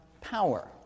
power